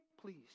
please